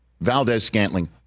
Valdez-Scantling